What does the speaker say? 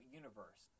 universe